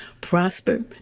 prosper